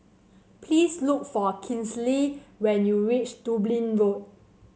please look for Kinsley when you reach Dublin Road